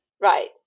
Right